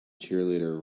cheerleader